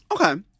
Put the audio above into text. Okay